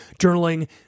journaling